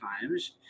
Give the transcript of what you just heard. times